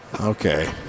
Okay